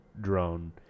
drone